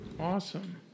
awesome